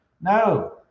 no